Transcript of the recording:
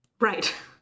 Right